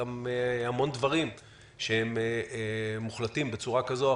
גם המון דברים שמוחלטים בצורה כזו או